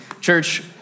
Church